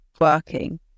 working